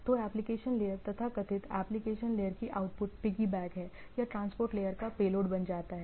तो application layer तथाकथित application layer की आउटपुट पिगीबैक है या ट्रांसपोर्ट लेयर का पेलोड बन जाता है